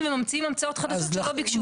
וממציאים המצאות חדשות שלא ביקשו בהיתר.